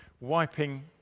Wiping